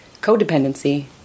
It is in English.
codependency